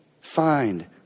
Find